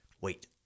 Wait